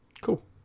Cool